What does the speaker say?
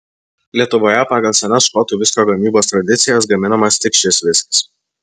lietuvoje pagal senas škotų viskio gamybos tradicijas gaminamas tik šis viskis